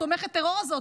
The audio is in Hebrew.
התומכת-טרור הזאת,